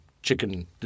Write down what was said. chicken